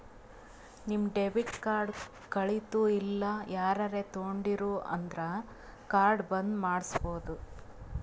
ನಿಮ್ debit card ಕಳಿತು ಇಲ್ಲ ಯಾರರೇ ತೊಂಡಿರು ಅಂದುರ್ ಕಾರ್ಡ್ ಬಂದ್ ಮಾಡ್ಸಬೋದು